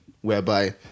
whereby